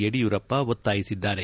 ಯಡಿಯೂರಪ್ಪ ಒತ್ತಾಯಿಸಿದ್ದಾರೆ